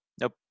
Nope